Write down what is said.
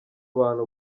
bantu